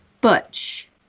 butch